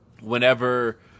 whenever